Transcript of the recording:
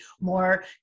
more